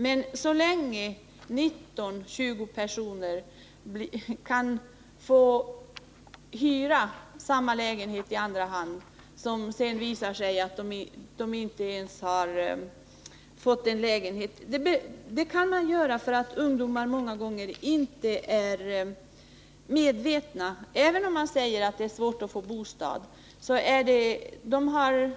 Men så länge 19-20 personer kan hyra samma lägenhet i andra hand och bli lurade är förhållandena inte tillfredsställande. Det lyckas därför att ungdomarna många gånger är omedvetna om bostadsproblemen, även om man berättar för dem att det är svårt att få bostad i Stockholm. De saknar